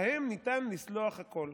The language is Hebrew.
להם ניתן לסלוח הכול.